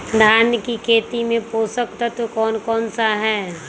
धान की खेती में पोषक तत्व कौन कौन सा है?